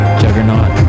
juggernaut